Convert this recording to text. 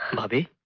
bhabhi.